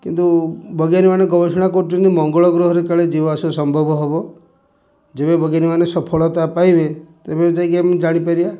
କିନ୍ତୁ ବଜାରୀମାନେ ଗବେଷଣା କରୁଛନ୍ତି ମଙ୍ଗଳ ଗ୍ରହରେ କାଳେ ଯିବା ଆସିବା ସମ୍ଭବ ହବ ଯେବେ ବୈଜ୍ଞାନିକମାନେ ସଫଳତା ପାଇବେ ତେବେ ଯାଇକି ଆମେ ଜାଣିପାରିବା